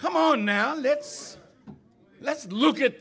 come on now let's let's look at